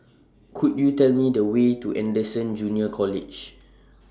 Could YOU Tell Me The Way to Anderson Junior College